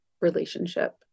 relationship